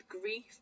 grief